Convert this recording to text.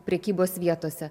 prekybos vietose